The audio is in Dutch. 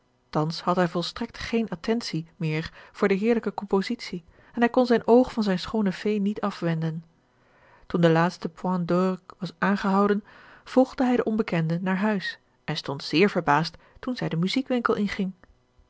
thans had hij volstrekt geene attentie meer voor de heerlijke compositie en hij kon zijn oog van zijne schoone fee niet afwenden toen de laatste point d'orgue was aangehouden volgde hij de onbekende naar huis en stond zeer verbaasd toen zij den muziekwinkel inging